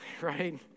right